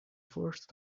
first